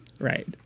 Right